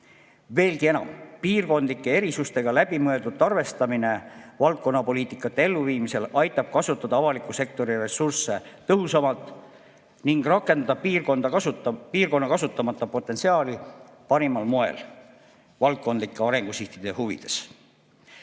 Veelgi enam, piirkondlike erisustega läbimõeldult arvestamine valdkonnapoliitikate elluviimisel aitab kasutada avaliku sektori ressursse tõhusamalt ning rakendada piirkonna kasutamata potentsiaali parimal moel valdkondlike arengusihtide huvides.